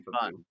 fun